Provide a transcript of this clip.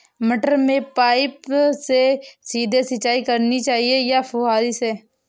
मटर में पाइप से सीधे सिंचाई करनी चाहिए या फुहरी से?